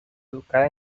educada